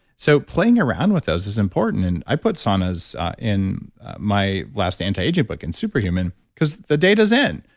so playing around with those is important. and i put saunas in my last anti-aging book in super human because the data is in.